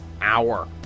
hour